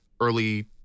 early